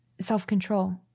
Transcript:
self-control